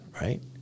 right